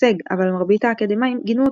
הישג אבל מרבית האקדמאים גינו אותה.